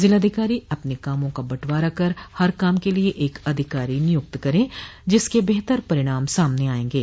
जिलाधिकारी अपने कामों का बटवारा कर हर काम के लिये एक अधिकारी नियुक्त करे जिसके बेहतर परिणाम सामने आयेंगे